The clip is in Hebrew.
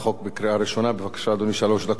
בבקשה, אדוני, שלוש דקות לרשותך.